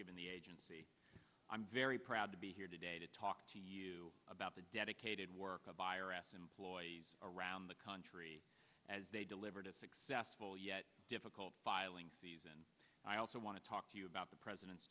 given the agency i'm very proud to be here today to talk to you about the dedicated work of employees around the country as they delivered a successful yet difficult filing season i also want to talk to you about the president's